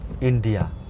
India